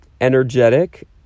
energetic